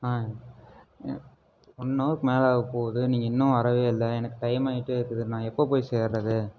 ஆ அ ஒன்னவருக்கு மேல் ஆகப்போது நீங்கள் இன்னும் வரவே இல்லை எனக்கு டைம்மாயிகிட்டே இருக்குது நான் எப்போ போய் சேர்வது